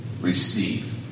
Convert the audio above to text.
Receive